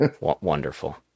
Wonderful